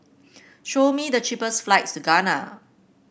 show me the cheapest flights to Ghana